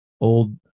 old